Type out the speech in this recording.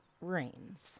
rains